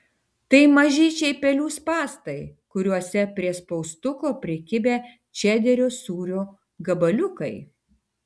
tai mažyčiai pelių spąstai kuriuose prie spaustuko prikibę čederio sūrio gabaliukai